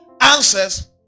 Answers